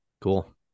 Cool